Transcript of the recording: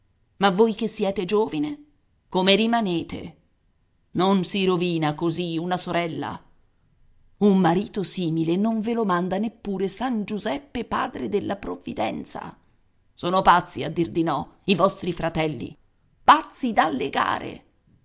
ma voi che siete giovine come rimanete non si rovina così una sorella un marito simile non ve lo manda neppure san giuseppe padre della provvidenza sono pazzi a dir di no i vostri fratelli pazzi da legare